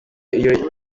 iyo